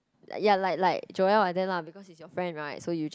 ya like like Joel like that lah because he's your friend right so you just